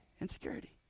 Insecurity